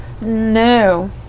No